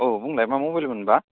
औ बुंलाय मा मबाइलमोनबा